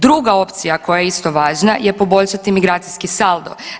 Druga opcija koja je isto važna je poboljšati migracijski saldo.